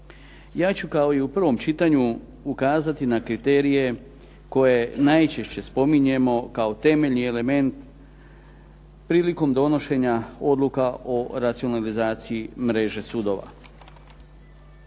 Ja ću kao i u prvom čitanju ukazati na kriterije koje najčešće spominjemo kao temeljni element prilikom donošenja odluka o racionalizaciji mreže sudova.